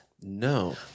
No